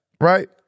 right